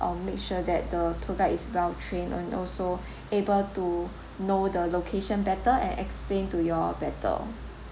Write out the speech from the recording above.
I'll will make sure that the tour guide is well trained and also able to know the location better and explain to you all better